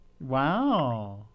Wow